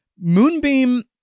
Moonbeam